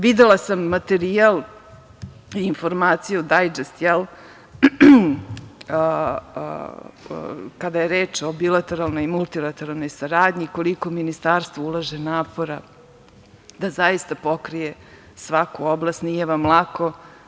Videla sam materijal i informaciju, „dajdžest“ kada je reč o bilateralnoj i multilateralnoj saradnji i koliko ministarstvo ulaže napora da zaista pokrije svaku oblast, nije vam lako.